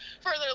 further